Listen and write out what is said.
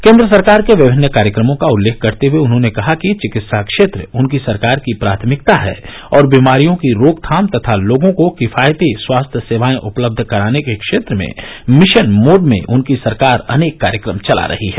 केंद्र सरकार के विभिन्न कार्यक्रमों का उल्लेख करते हुए उन्होंने कहा कि चिकित्सा क्षेत्र उनकी सरकार की प्राथमिकता है और बीमारियों की रोकथाम तथा लोगों को किफायती स्वास्थ्य सेवाएं उपलब्ध कराने के क्षेत्र में मिशन मोड में उनकी सरकार अनेक कार्यक्रम चला रही है